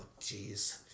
jeez